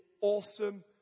awesome